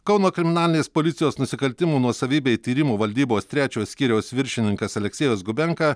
kauno kriminalinės policijos nusikaltimų nuosavybei tyrimo valdybos trečiojo skyriaus viršininkas aleksejus gubenka